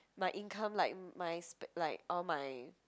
my income like my spen~ like all my